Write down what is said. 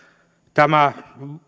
tämä